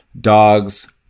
dogs